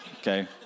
Okay